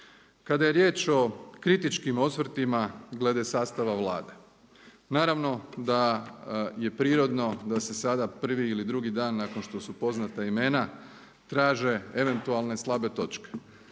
Kada je riječ o kritičkim osvrtima glede sastava Vlade, naravno da je prirodno da se sada prvi ili drugi dan nakon što su poznata imena traže eventualne slabe točke.